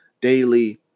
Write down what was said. daily